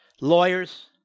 Lawyers